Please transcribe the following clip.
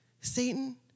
Satan